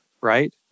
Right